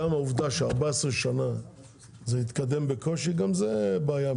גם העובדה ש-14 שנה זה התקדם בקושי גם זה בעיה.